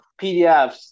PDFs